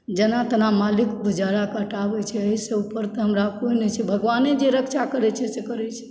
जेना तेना मालिक गुजारा कटाबै छै ऊपर हमरा कोई नहि छै भगवाने जे रक्षा करै छै से करै छै